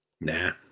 Nah